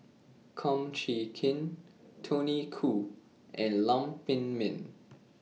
Kum Chee Kin Tony Khoo and Lam Pin Min